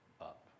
up